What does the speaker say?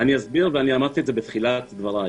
אני אסביר, ואמרתי את זה בתחילת דבריי.